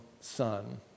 son